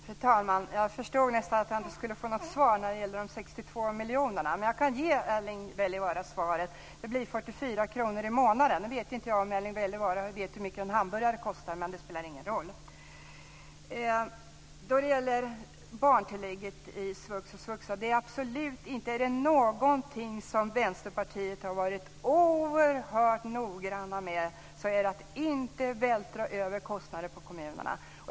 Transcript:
Fru talman! Jag förstod nästan att jag inte skulle få något svar när det gällde de 62 miljonerna. Men jag kan ge Erling Wälivaara svaret. Det blir 44 kronor i månaden. Jag vet inte om Erling Wälivaara vet hur mycket en hamburgare kostar, men det spelar ingen roll. Så till barntillägget i svux och svuxa. Är det något som vi i Vänsterpartiet har varit oerhört noggranna med så är det att inte vältra över kostnader på kommunerna.